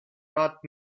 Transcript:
rat